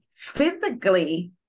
physically